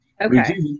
Okay